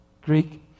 Greek